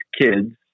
kids